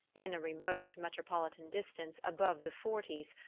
in remote metropolitan distances above the forties,